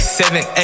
seven